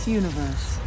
universe